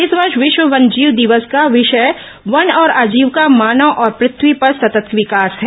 इस वर्ष विश्व वन्यजीव दिवस का विषय वन और आजीविका मानव और पृथ्वी का सतत् विकास है